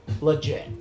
legit